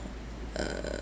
uh